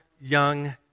young